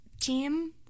Team